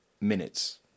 minutes